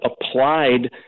applied